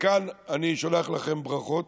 מכאן אני שולח לכם ברכת